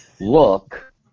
Look